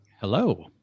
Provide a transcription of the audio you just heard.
Hello